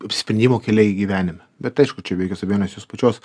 apsisprendimo keliai gyvenime bet aišku čia be jokios abejonės jos pačios